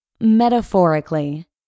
Metaphorically